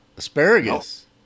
Asparagus